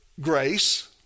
grace